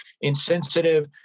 insensitive